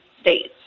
states